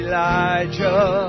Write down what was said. Elijah